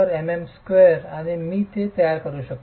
5 Nmm2 आणि मी ते तयार करू शकतो